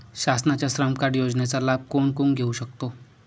शासनाच्या श्रम कार्ड योजनेचा लाभ कोण कोण घेऊ शकतो?